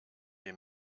die